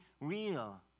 real